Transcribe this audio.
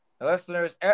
listeners